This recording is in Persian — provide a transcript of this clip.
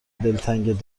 دلتنگ